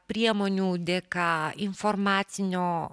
priemonių dėka informacinio